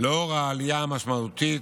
לנוכח העלייה המשמעותית